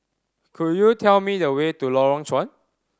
could you tell me the way to Lorong Chuan